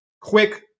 quick